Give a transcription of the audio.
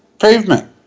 pavement